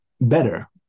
better